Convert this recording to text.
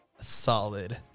solid